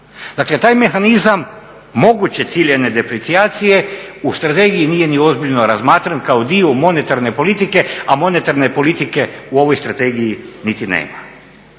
Dakle taj mehanizam moguće ciljane deprecijacije u strategiji nije ni ozbiljno razmatran kao dio monetarne politike, a monetarne politike u ovoj strategiji niti nema.